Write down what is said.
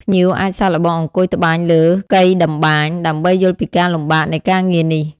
ភ្ញៀវអាចសាកល្បងអង្គុយត្បាញលើ កីតម្បាញ ដើម្បីយល់ពីការលំបាកនៃការងារនេះ។